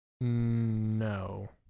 No